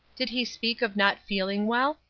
did he speak of not feeling well?